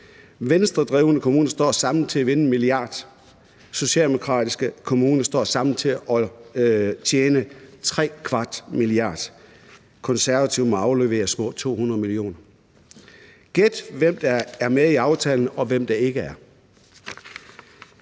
Venstredrevne kommuner står samlet set til at vinde 1 mia. kr., socialdemokratiske kommuner står samlet set til at tjene 3,25 mia. kr., og konservative kommuner må aflevere små 200 mio. kr. Gæt, hvem der er med i aftalen, og hvem der ikke er!